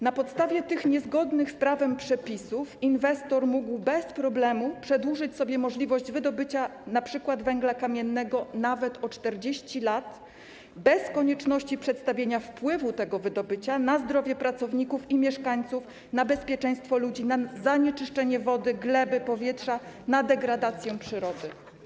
Na podstawie tych niezgodnych z prawem przepisów inwestor mógł bez problemu przedłużyć sobie możliwość wydobycia np. węgla kamiennego nawet o 40 lat, bez konieczności przedstawienia wpływu tego wydobycia na zdrowie pracowników i mieszkańców, na bezpieczeństwo ludzi, na zanieczyszczenie wody, gleby, powietrza, na degradację przyrody.